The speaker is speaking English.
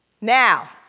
Now